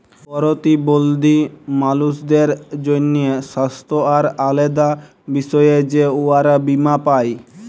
পরতিবল্ধী মালুসদের জ্যনহে স্বাস্থ্য আর আলেদা বিষয়ে যে উয়ারা বীমা পায়